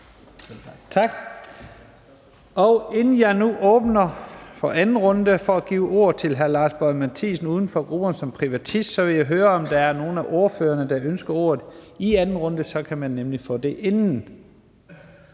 Inden jeg nu åbner for anden runde for at give ordet til hr. Lars Boje Mathiesen, uden for grupperne, som privatist, vil jeg høre, om der er nogen af ordførerne, der ønsker ordet i anden runde. Så kan man nemlig få det inden.